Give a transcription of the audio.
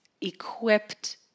equipped